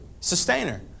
sustainer